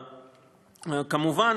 כמובן,